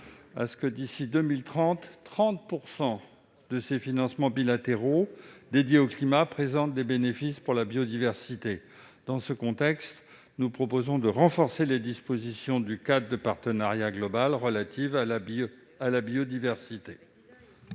à ce que, d'ici à 2030, 30 % de ses financements bilatéraux consacrés au climat présentent des cobénéfices pour la biodiversité. Dans ce contexte, nous proposons de renforcer les dispositions du cadre de partenariat global relatives à la biodiversité.